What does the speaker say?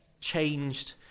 changed